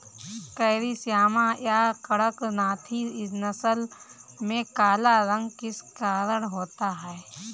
Carry Shyama या कड़कनाथी नस्ल में काला रंग किस कारण होता है?